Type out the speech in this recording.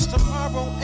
Tomorrow